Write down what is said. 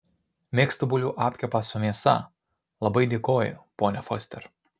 mėgstu bulvių apkepą su mėsa labai dėkoju ponia foster